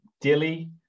Dilly